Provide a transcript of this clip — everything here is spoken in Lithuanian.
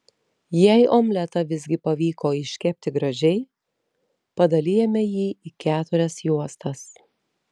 jei omletą visgi pavyko iškepti gražiai padalijame jį į keturias juostas